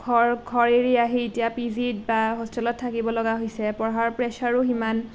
ঘৰ ঘৰ এৰি আহি এতিয়া পিজিত বা হোষ্টেলত থাকিবলগা হৈছে পঢ়াৰ প্ৰেছাৰো সিমান